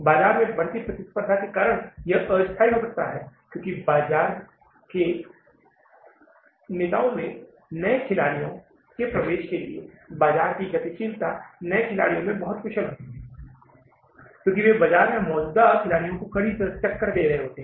बाजार में बढ़ती प्रतिस्पर्धा के कारण यह अस्थायी हो सकता है क्योंकि बाजार के नेताओं में नए खिलाड़ियों के प्रवेश के लिए बाजार की गतिशीलता नए खिलाड़ियों में बहुत कुशल होती है क्योंकि वे बाजार में मौजूदा खिलाड़ियों को कड़ी टक्कर दे रहे होते हैं